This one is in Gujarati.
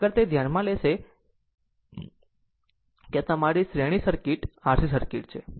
આગળ તે ધ્યાનમાં લેશે કે તમારી શ્રેણી RC સર્કિટ છે